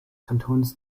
kantons